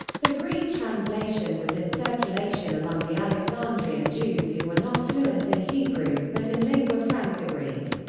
the greek translation was in circulation among the alexandrian jews who were not fluent in hebrew, but in lingua franca greek.